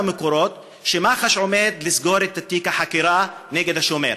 מקורות שמח"ש עומדת לסגור את תיק החקירה נגד השומר.